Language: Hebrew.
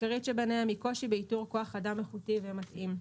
שהעיקרית שבהן היא קושי באיתור כוח אדם איכותי ומתאים.